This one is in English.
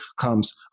comes